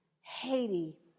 Haiti